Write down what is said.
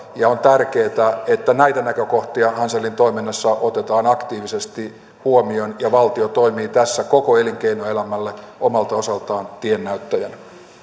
ja on tärkeätä että näitä näkökohtia hanselin toiminnassa otetaan aktiivisesti huomioon ja valtio toimii tässä koko elinkeinoelämälle omalta osaltaan tiennäyttäjänä